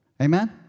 Amen